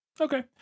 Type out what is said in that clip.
Okay